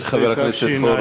15),